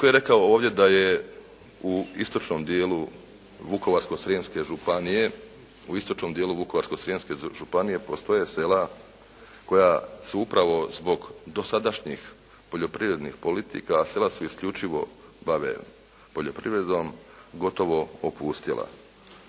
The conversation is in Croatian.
u istočnom dijelu Vukovarsko-Srijemske županije postoje sela koja su upravo zbog dosadašnjih poljoprivrednih politika a sela se isključivo bave poljoprivredom gotovo opustjela.